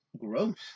gross